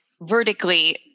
vertically